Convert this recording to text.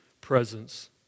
presence